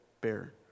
bear